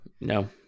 No